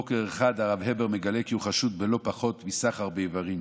בוקר אחד הרב הבר מגלה כי הוא חשוד בלא פחות מסחר באיברים.